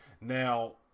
Now